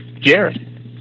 Jared